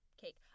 cake